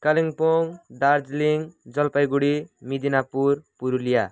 Kalimpong Darjeeling Jalpaiguri Midnapore Purulia